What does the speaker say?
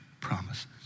promises